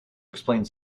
explains